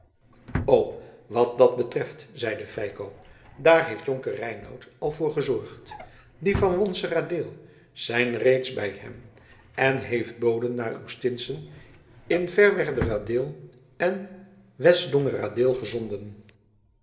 o wat dat betreft zeide feiko daar heeft jonker reinout al voor gezorgd die van wonseradeel zijn reeds bij hem en hij heeft boden naar uw stinsen in ferwerderadeel en westdongeradeel gezonden